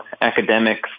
academics